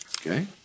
Okay